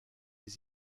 les